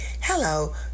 hello